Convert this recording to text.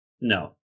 No